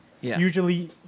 usually